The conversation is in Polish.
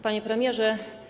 Panie Premierze!